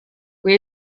kui